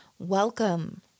Welcome